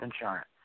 insurance